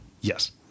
Yes